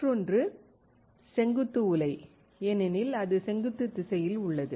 மற்றொன்று செங்குத்து உலை ஏனெனில் அது செங்குத்து திசையில் உள்ளது